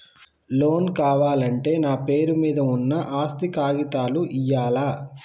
Loan కావాలంటే నా పేరు మీద ఉన్న ఆస్తి కాగితాలు ఇయ్యాలా?